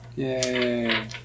Yay